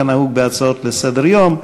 כנהוג בהצעות לסדר-היום.